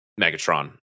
Megatron